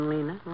Lena